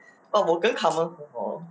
oh 我跟他们和好了